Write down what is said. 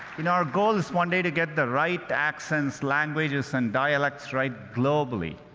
i mean our goal is, one day, to get the right accents, languages, and dialects right, globally.